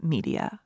Media